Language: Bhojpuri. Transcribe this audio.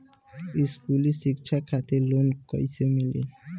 स्कूली शिक्षा खातिर लोन कैसे मिली?